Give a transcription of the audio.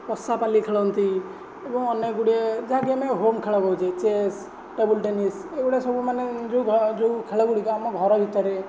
ପଶାପାଲି ଖେଳନ୍ତି ଏବଂ ଅନେକଗୁଡ଼ିଏ ଯାହାକି ଆମେ ହୋମ୍ ଖେଳ କହୁଛେ ଚେସ୍ ଟେବୁଲ୍ ଟେନିସ୍ ଏଗୁଡ଼ା ସବୁମାନେ ଯେଉଁ ଖେଳଗୁଡ଼ିକ ଆମ ଘର ଭିତରେ